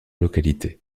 localité